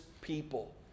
people